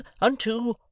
unto